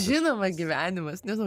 žinoma gyvenimas nes